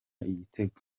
igitego